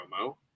promo